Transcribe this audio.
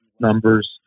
numbers